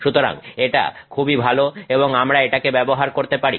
সুতরাং এটা খুবই ভালো এবং আমরা এটাকে ব্যবহার করতে পারি